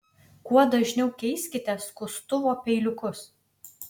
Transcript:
kuo dažniau keiskite skustuvo peiliukus